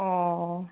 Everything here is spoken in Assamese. অ